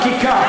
בחקיקה.